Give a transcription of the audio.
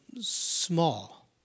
small